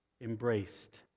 embraced